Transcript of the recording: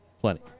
plenty